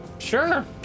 sure